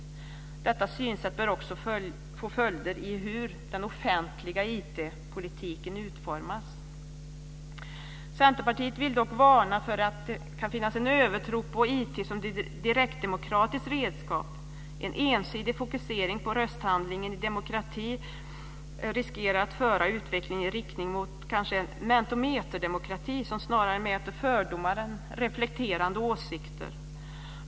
Detta synsätt bör också få följder för hur den offentliga IT-politiken utformas. Centerpartiet vill dock varna för att det kan finnas en övertro på IT som ett direktdemokratiskt redskap. En ensidig fokusering på rösthandlingen i en demokrati riskerar att föra utvecklingen i riktning mot en mentometerdemokrati som snarare mäter fördomar än reflekterande åsikter.